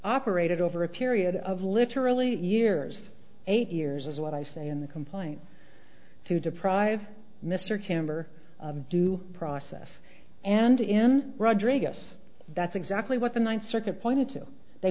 operated over a period of literally years eight years is what i say in the complaint to deprive mr camber due process and in rodrigues that's exactly what the ninth circuit pointed to they